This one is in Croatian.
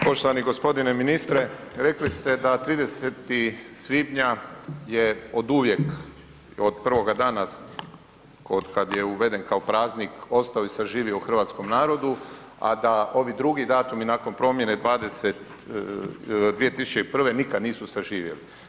Poštovani g. ministre, rekli ste da 30. svibnja je oduvijek, od prvoga dana otkad je uveden kao praznik, ostao i saživio u hrvatskom narodu a da ovi drugi datumi nakon promjene 2001., nikad nisu zaživjeli.